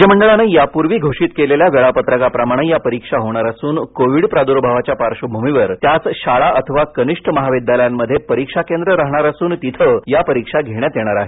राज्य मंडळाने यापूर्वी घोषित केलेल्या वेळापत्रकाप्रमाणे या परीक्षा होणार असून कोविडच्या प्रादुर्भावाच्या पार्श्वभूमीवर त्याच शाळा अथवा कनिष्ठ महाविद्यालयांमध्ये परीक्षा केंद्र राहणार असून तिथे या परीक्षा घेण्यात येणार आहेत